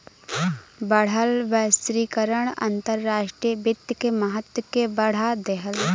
बढ़ल वैश्वीकरण अंतर्राष्ट्रीय वित्त के महत्व के बढ़ा देहलेस